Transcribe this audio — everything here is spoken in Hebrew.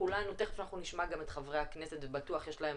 ותיכף נשמע גם את חברי הכנסת ובטוח יש להם,